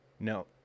no